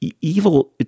evil